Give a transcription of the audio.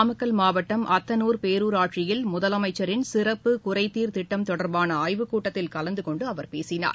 நாமக்கல் மாவட்டம் அத்தனூர் பேரூராட்சியில் முதலமைச்சரின் சிறப்பு குறைதீர் திட்டம் தொடர்பான ஆய்வுக்கூட்டத்தில் கலந்தகொண்டு அவர் பேசினார்